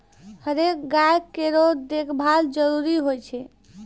हरेक गाय केरो देखभाल जरूरी होय छै